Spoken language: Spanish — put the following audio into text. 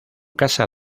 casa